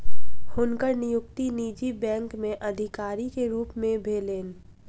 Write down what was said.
हुनकर नियुक्ति निजी बैंक में अधिकारी के रूप में भेलैन